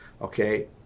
Okay